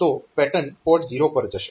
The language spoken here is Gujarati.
તો પેટર્ન P0 પર જશે